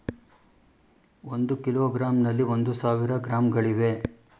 ಒಂದು ಕಿಲೋಗ್ರಾಂನಲ್ಲಿ ಒಂದು ಸಾವಿರ ಗ್ರಾಂಗಳಿವೆ